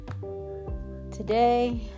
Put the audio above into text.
Today